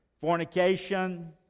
fornication